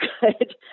good